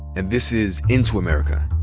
and this is into america,